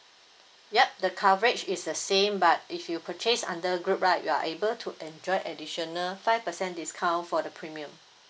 yup the coverage is the same but if you purchase under a group right you are able to enjoy additional five percent discount for the premium